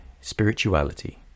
spirituality